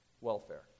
welfare